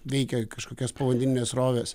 veikia kažkokios povandeninės srovės